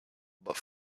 but